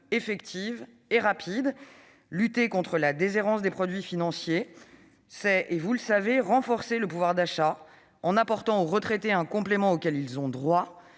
dispositif. Lutter contre la déshérence des produits financiers, c'est renforcer le pouvoir d'achat en apportant aux retraités un complément auquel ils ont droit